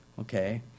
okay